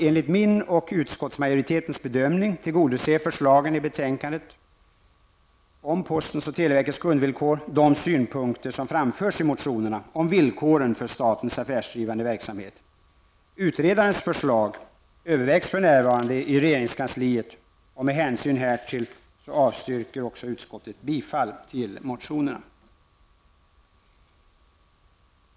Enligt min och utskottsmajoritetens bedömning tillgodoser förslagen i betänkandet om postens och televerkets kundvillkor de synpunkter som framförs i motionerna om villkoren för statens affärsdrivande verksamhet. Utredarens förslag övervägs för närvarande i regeringskansliet, och med hänsyn härtill avstyrker också utskottet bifall till motionerna.